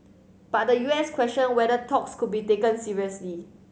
but the U S questioned whether talks could be taken seriously